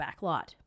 backlot